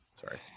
Sorry